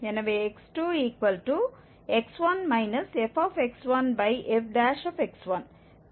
எனவே x2x1 ff